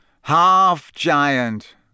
Half-giant